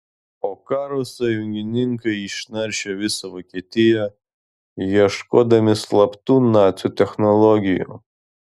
po karo sąjungininkai išnaršė visą vokietiją ieškodami slaptų nacių technologijų